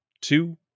two